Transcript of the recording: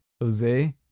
Jose